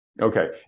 Okay